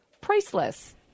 priceless